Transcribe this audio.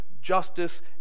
justice